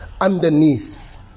underneath